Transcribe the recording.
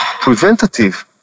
preventative